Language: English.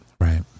Right